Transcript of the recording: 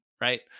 right